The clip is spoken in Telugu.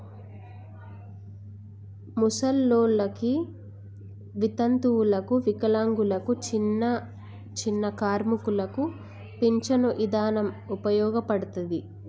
ముసలోల్లకి, వితంతువులకు, వికలాంగులకు, చిన్నచిన్న కార్మికులకు పించను ఇదానం ఉపయోగపడతది